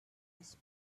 his